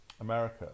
America